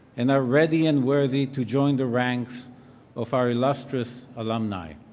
and are ready and worthy to join the ranks of our illustrious alumni.